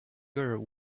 girl